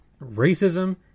Racism